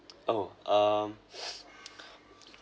oh um